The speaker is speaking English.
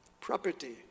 property